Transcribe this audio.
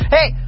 Hey